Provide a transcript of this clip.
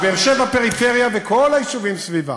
אז באר-שבע פריפריה, וכל היישובים סביבה,